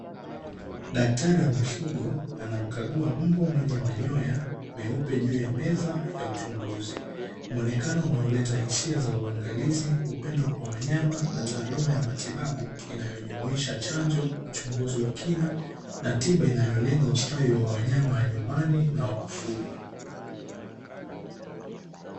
Daktari wa mifugo anamkagua mbwa mwenye manyoya meupe alie juu ya meza kwa ajiri ya uchunguzi, muonekano unaoleta hisia za uangalizi, upendo kwa wanyama na taaluma ya matibabu inayojumuisha chanjo uchunguzi wa kina na tiba inayolenga ustawi wa wanyama wa nyumbani na wa kufungwa.